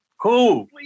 Cool